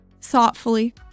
thoughtfully